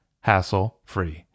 hassle-free